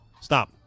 stop